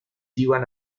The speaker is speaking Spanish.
iban